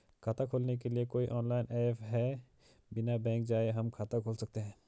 खाता खोलने के लिए कोई ऑनलाइन ऐप है बिना बैंक जाये हम खाता खोल सकते हैं?